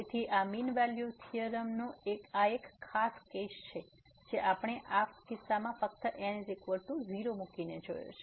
તેથી આ mean value થીયોરમનો આ એક ખાસ કેસ છે જે આપણે આ કિસ્સામાં ફક્ત n 0 મૂકીને જોયો છે